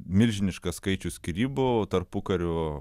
milžiniškas skaičius skyrybų tarpukariu